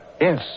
Yes